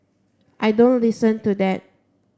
I don't listen to that